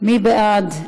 מי בעד?